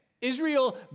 Israel